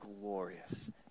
glorious